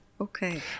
okay